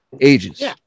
Ages